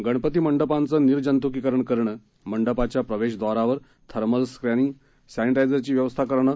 गणपती मंडपांचं निर्जंत्कीकरण करणं मंडपाच्या प्रवेशदवारावर थर्मल स्कीनिंगसॅनिटायझरची व्यवस्था करावी